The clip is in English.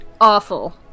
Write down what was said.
awful